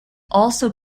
also